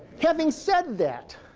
having said that